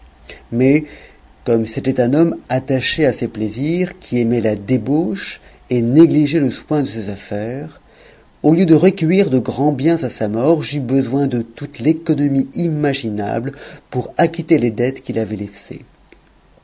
mais comme c'était un homme attaché à ses plaisirs qui aimait la débauche et négligeait le soin de ses affaires au lieu de recueillir de grands biens à sa mort j'eus besoin de toute l'économie imaginable pour acquitter les dettes qu'il avait laissées